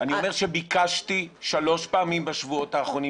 אני אומר שביקשתי שלוש פעמים בשבועות האחרונים